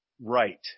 right